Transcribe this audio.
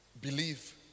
believe